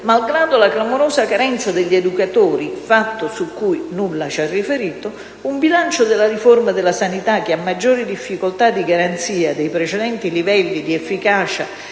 malgrado la clamorosa carenza degli educatori (fatto su cui nulla ci ha riferito), e un bilancio della riforma della sanità che ha maggiore difficoltà di garanzia dei precedenti livelli di efficacia